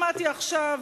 שמעתי עכשיו,